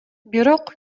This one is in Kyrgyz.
бирок